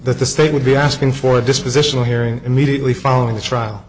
that the state would be asking for a dispositional hearing immediately following the trial